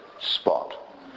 spot